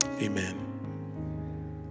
Amen